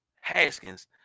Haskins